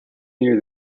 near